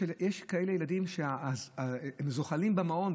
יש כאלה ילדים שזוחלים במעון,